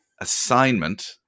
assignment